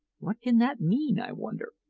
what can that mean, i wonder?